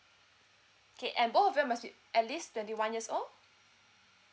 okay and both of them must be at least twenty one years old